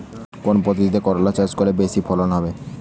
কোন পদ্ধতিতে করলা চাষ করলে বেশি ফলন হবে?